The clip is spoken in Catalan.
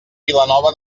vilanova